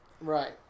Right